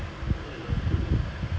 you good நீ பண்ண போறியா:nee panna poriyaa